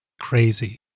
crazy